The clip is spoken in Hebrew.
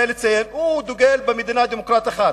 הוא דוגל במדינה דמוקרטית אחת.